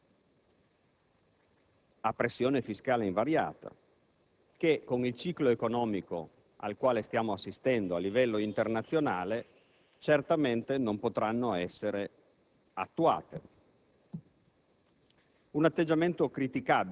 Ci sono sovrastime nelle entrate a pressione fiscale invariata che, con il ciclo economico al quale stiamo assistendo a livello internazionale, certamente non potranno essere attuate.